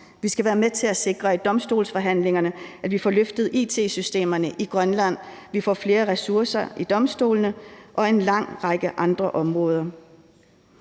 Vi skal være med til i domstolsforhandlingerne at sikre, at vi får løftet it-systemerne i Grønland, at vi får flere ressourcer i domstolene og på en lang række andre områder.